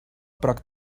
prop